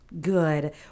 Good